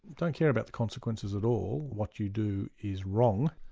don't care about the consequences at all, what you do is wrong.